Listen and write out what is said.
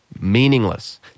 Meaningless